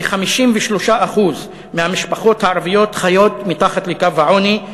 כ-53% מהמשפחות הערביות חיות מתחת לקו העוני,